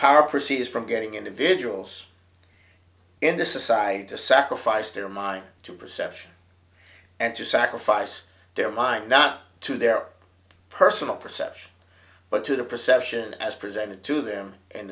power proceeds from getting individuals in the society to sacrifice their mind to perception and to sacrifice their mind not to their personal perception but to the perception as presented to them and